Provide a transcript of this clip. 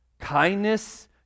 kindness